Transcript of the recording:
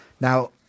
Now